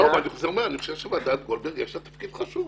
אני חוזר ואומר: אני חושב שלוועדת גולדברג יש תפקיד חשוב.